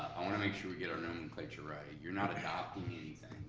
i wanna make sure we get our nomenclature right. you're not adopting anything.